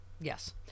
Yes